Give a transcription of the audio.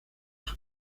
los